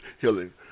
healing